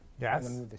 Yes